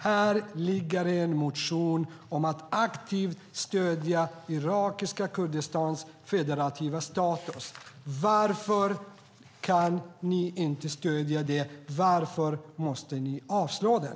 Här ligger en motion om att aktivt stödja irakiska Kurdistans federativa status. Varför kan ni inte stödja den? Varför måste ni avslå den?